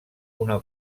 una